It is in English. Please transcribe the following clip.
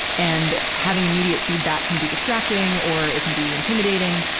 and, having immediate feedback can be distracting or it can be intimidating.